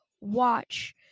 watch